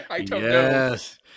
yes